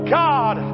god